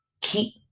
keep